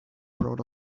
proud